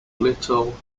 little